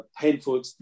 painful